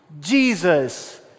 Jesus